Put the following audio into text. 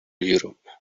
europe